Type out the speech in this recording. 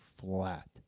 flat